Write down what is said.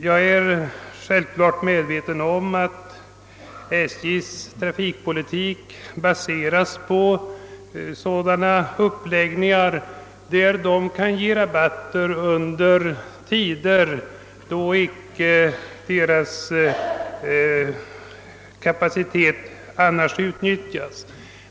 Jag är självfallet medveten om att SJ:s trafikpolitik baseras på att SJ kan ge rabatter under tider då dess kapacitet annars icke utnyttjas.